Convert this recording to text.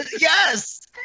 Yes